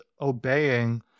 obeying